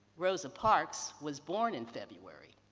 rosa parks was born in february.